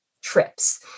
trips